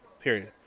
period